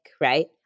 right